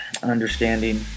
understanding